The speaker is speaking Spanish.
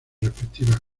respectivas